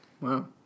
wow